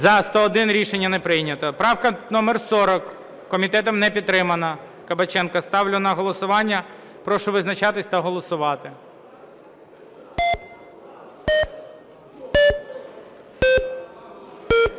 За-101 Рішення не прийнято. Правка номер 40. Комітетом не підтримана. Кабаченко. Ставлю на голосування. Прошу визначатись та голосувати.